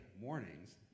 mornings